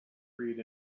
freed